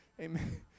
Amen